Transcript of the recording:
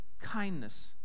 kindness